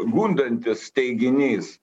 gundantis teiginys